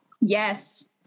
Yes